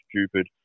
stupid